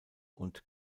und